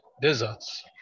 deserts